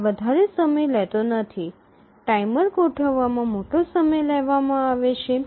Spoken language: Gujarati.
આ વધારે સમય લેતો નથી ટાઈમર ગોઠવવામાં મોટો સમય લેવામાં આવે છે